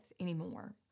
anymore